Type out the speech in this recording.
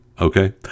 Okay